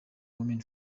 women